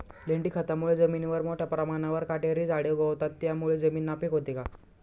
लेंडी खतामुळे जमिनीवर मोठ्या प्रमाणावर काटेरी झाडे उगवतात, त्यामुळे जमीन नापीक होते का?